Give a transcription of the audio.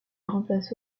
remplacé